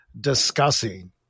discussing